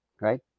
right